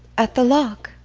at the lock?